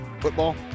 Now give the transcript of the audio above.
Football